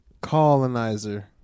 colonizer